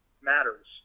matters